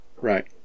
right